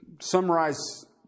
summarize